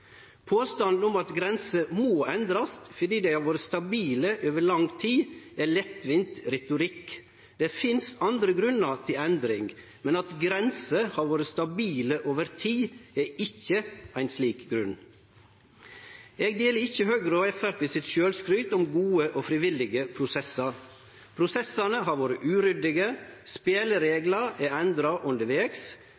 Påstanden om at grenser må endrast fordi dei har vore stabile over lang tid, er lettvint retorikk. Det finst andre grunnar til endring, men at grenser har vore stabile over tid, er ikkje ein slik grunn. Eg deler ikkje Høgre og Framstegspartiets sjølvskryt om gode og frivillige prosessar. Prosessane har vore uryddige,